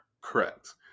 Correct